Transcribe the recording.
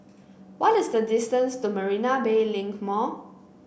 what is the distance to Marina Bay Link Mall